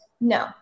No